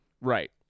Right